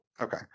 Okay